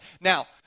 Now